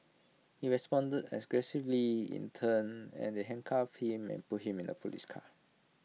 he responded aggressively in turn and they handcuffed him and put him in the Police car